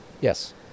Yes